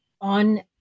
on